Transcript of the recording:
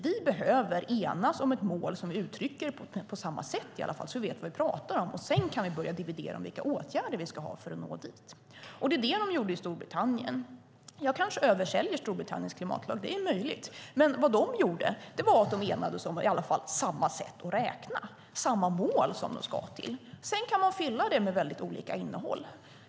Vi behöver enas om ett mål som vi uttrycker på samma sätt, så att vi vet vad vi pratar om, och sedan kan vi börja dividera om vilka åtgärder vi ska ha för att nå dit. Det var det de gjorde i Storbritannien. Jag kanske översäljer Storbritanniens klimatlag - det är möjligt - men vad de gjorde var att i alla fall enas om samma sätt att räkna, samma mål som de ska till. Sedan kan man fylla det med olika innehåll.